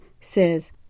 says